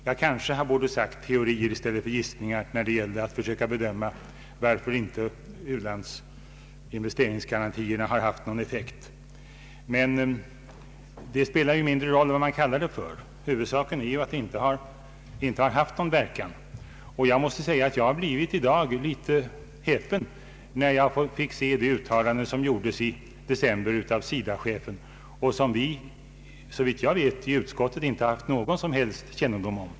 Jag borde kanske ha sagt teorier i stället för gissningar, när det gällde att försöka bedöma varför u-landsinvesteringsgarantierna inte haft någon effekt, men det spelar ju mindre roll vad man kallar det för. Huvudsaken är att de inte haft någon verkan; och jag måste säga att jag blev litet häpen i dag när jag fick höra de uttalanden som SIDA chefen gjorde i december och som vi, såvitt jag vet, i utskottet inte haft någon som helst kännedom om.